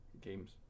games